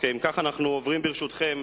אם כך, אנחנו עוברים, ברשותכם,